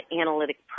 analytic